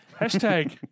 Hashtag